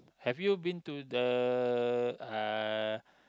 have you been to the uh